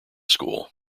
school